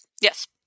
Yes